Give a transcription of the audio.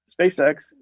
SpaceX